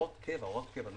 אני